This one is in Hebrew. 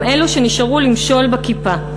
גם אלו שנשארו למשול בכיפה,